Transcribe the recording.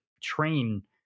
train